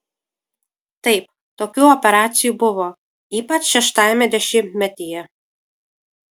taip tokių operacijų buvo ypač šeštajame dešimtmetyje